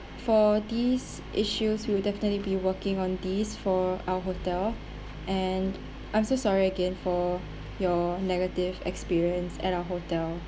for these issues we'll definitely be working on this for our hotel and I'm so sorry again for your negative experience at our hotel